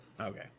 Okay